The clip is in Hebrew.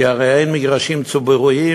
כי הרי אין מגרשים ציבוריים,